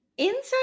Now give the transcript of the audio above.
Inside